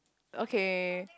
okay